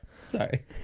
Sorry